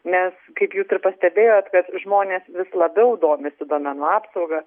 nes kaip jūs ir pastebėjot kad žmonės vis labiau domisi duomenų apsauga